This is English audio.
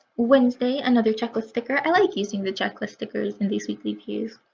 wednesday another checklist sticker. i like using the checklist stickers in these weekly views.